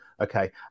okay